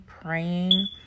praying